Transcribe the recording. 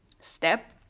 step